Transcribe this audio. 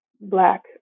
Black